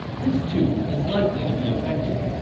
this too is likely to be affected.